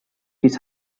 his